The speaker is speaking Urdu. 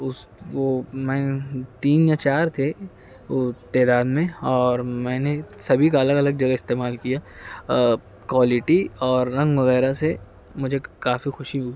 اس وہ میں تین یا چار تھے وہ تیرانوے اور میں نے سبھی کا الگ الگ جگہ استعمال کیا کوالٹی اور رنگ وغیرہ سے مجھے کافی خوشی ہوئی